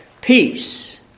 Peace